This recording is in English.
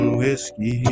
whiskey